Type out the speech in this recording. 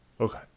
Okay